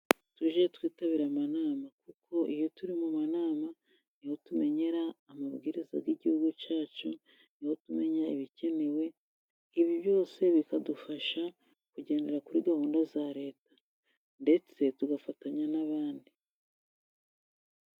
Tujye twitabira amanama, kuko iyo turi mu nama ni ho tumenyera amabwiriza y'igihugu cyacu, ni ho tumenya ibikenewe. Ibi byose bikadufasha kugendera kuri gahunda za leta, ndetse tugafatanya n'abandi.